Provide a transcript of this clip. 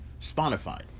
Spotify